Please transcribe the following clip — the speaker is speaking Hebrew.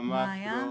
ממש לא.